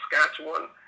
Saskatchewan